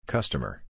Customer